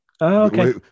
Okay